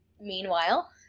Meanwhile